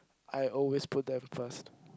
I always put them first